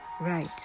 Right